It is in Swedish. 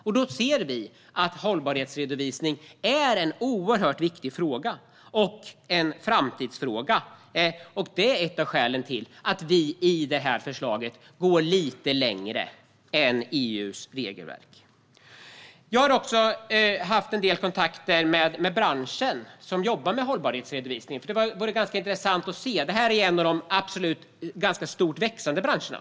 Därför tycker vi att hållbarhetsredovisning är en oerhört viktig fråga. Det är även en framtidsfråga, vilket är ett av skälen till att vi i detta förslag går lite längre än EU:s regelverk. Jag har haft en del kontakter med den bransch som jobbar med hållbarhetsredovisning. Det var intressant att se deras arbete. Detta är absolut en bransch som växer ganska mycket.